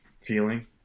feeling